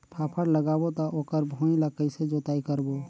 फाफण लगाबो ता ओकर भुईं ला कइसे जोताई करबो?